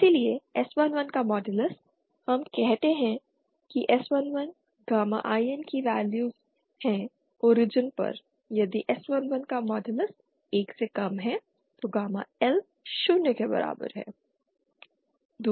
इसलिए s11 का modulus हम कहते हैं कि s11 गामा IN की वैल्यू है ओरिजिन पर यदि s11 का मॉडलस 1 से कम है तो गामा L शून्य के बराबर है